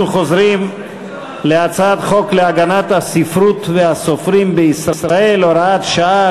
אנחנו חוזרים להצעת חוק להגנת הספרות והסופרים בישראל (הוראת שעה),